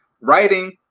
writing